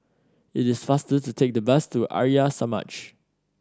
it is faster to take the bus to Arya Samaj